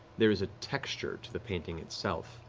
there is a texture to the painting itself,